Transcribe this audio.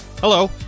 hello